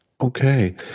Okay